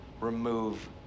remove